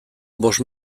bost